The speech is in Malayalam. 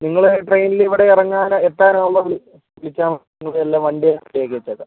നിങ്ങൾ ട്രെയിനിൽ ഇവിടെ ഇറങ്ങാൻ എത്താൻ ആവുമ്പം വിളിച്ചാൽ മതി നിങ്ങൾക്ക് എല്ലാം വണ്ടി ഞാൻ റെഡിയാക്കി ഇട്ടേക്കാം